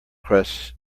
crust